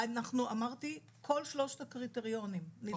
אמרתי, כל שלושת הקריטריונים נלקחים בחשבון.